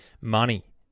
Money